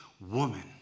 woman